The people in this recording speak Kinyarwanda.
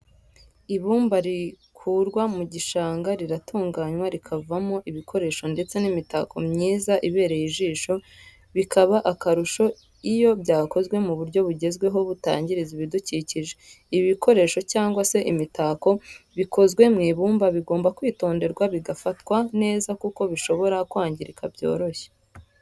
Ibumba rikurwa mu gishanga riratunganywa rikavamo ibikoresho ndetse n'imitako myiza ibereye ijisho bikaba akarusho iyo byakozwe mu buryo bugezweho butangiza ibidukikije. ibikoresho cyangwa se imitako bikozwe mu ibumba bigomba kwitonderwa bigafatwa neza kuko bishobora kwangirika byoroshye.